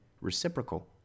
reciprocal